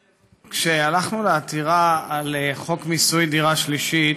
כשהלכנו לעתירה על חוק מיסוי דירה שלישית,